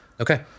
Okay